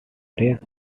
race